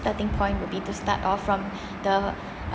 starting point would be to start off from the